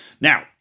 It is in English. Now